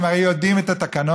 והם הרי יודעים את התקנון,